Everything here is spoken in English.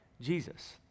Jesus